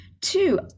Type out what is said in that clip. Two